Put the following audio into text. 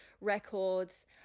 records